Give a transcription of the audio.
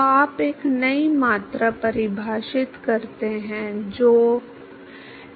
तो आप एक नई मात्रा परिभाषित करते हैं जो mu गुणा x है